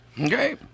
okay